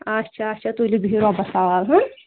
آچھا اچھا تُلِو بِہِو رۄبَس حَوال ہہ